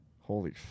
holy